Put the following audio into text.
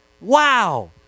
Wow